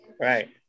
Right